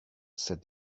said